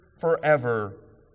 forever